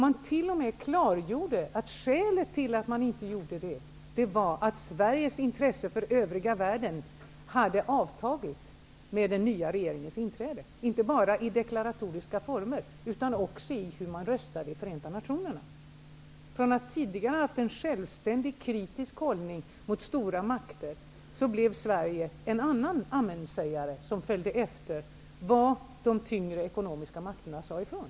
Man klargjorde t.o.m. att skälet härtill var att Sveriges intresse för den övriga världen hade avtagit med den nya regeringens inträde. Inställningen tog sig inte bara deklaratoriska former utan visade sig också i hur man röstade i Från att tidigare ha haft en självständig, kritisk hållning mot stora makter blev Sverige en av amensägarna som följer efter när de tyngre ekonomiska makterna säger ifrån.